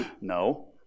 No